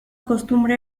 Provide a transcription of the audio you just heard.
costumbre